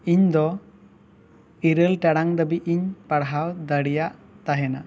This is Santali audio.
ᱤᱧ ᱫᱚ ᱤᱨᱟᱹᱞ ᱴᱟᱲᱟᱝ ᱫᱷᱟᱹᱵᱤᱡ ᱤᱧ ᱯᱟᱲᱦᱟᱣ ᱫᱟᱲᱮᱭᱟᱜ ᱛᱟᱦᱮᱱᱟ